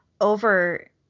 over